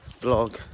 blog